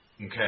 Okay